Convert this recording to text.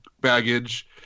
baggage